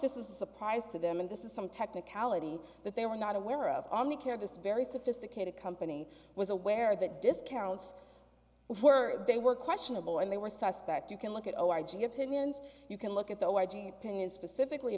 this is a surprise to them and this is some technicality that they were not aware of on the care of this very sophisticated company was aware that discounts were they were questionable and they were suspect you can look at our g opinions you can look at the i g opinion specifically